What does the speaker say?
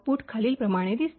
output खालीलप्रमाणे दिसते